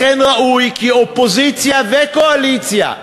לכן ראוי כי נתאחד, אופוזיציה וקואליציה,